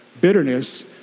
bitterness